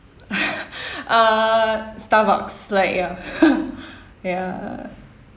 uh starbucks like ya ya